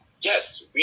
yes